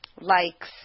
likes